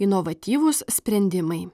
inovatyvūs sprendimai